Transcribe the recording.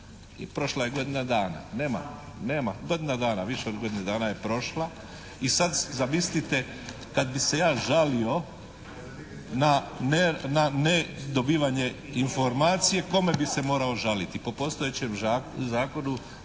i prošla je godina dana. Nema, godina dana, više od godine dana je prošla i sad si zamislite kad bih se ja žalio na nedobivanje informacije kome bih se morao žaliti? Po postojećem zakonu